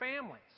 families